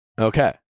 Okay